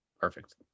perfect